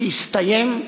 שיסתיים,